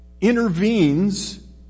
intervenes